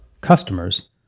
customers